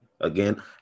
Again